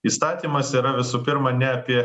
įstatymas yra visų pirma ne apie